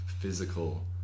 physical